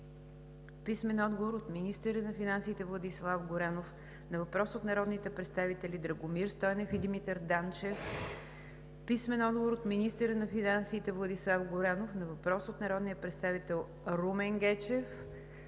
Бошкилов; - министъра на финансите Владислав Горанов на въпрос от народните представители Драгомир Стойнев и Димитър Данчев; - министъра на финансите Владислав Горанов на въпрос от народния представител Румен Гечев;